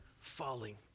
falling